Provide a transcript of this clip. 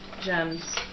gems